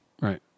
Right